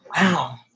wow